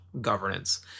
governance